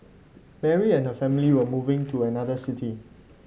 Mary and her family were moving to another city